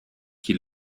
qui